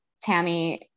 Tammy